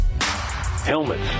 Helmets